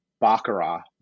baccarat